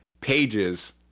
pages